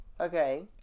Okay